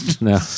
No